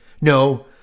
No